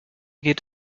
geht